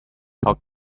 talk